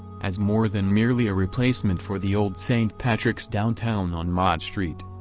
as more than merely a replacement for the old st. patrick's downtown on mott street.